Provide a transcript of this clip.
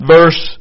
Verse